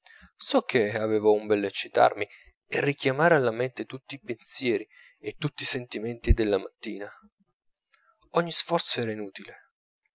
so che avevo un bell'eccitarmi e richiamare alla mente tutti i pensieri e tutti i sentimenti della mattina ogni sforzo era inutile